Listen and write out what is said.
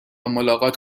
ملاقات